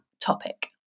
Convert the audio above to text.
topic